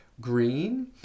Green